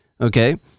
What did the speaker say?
Okay